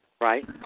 Right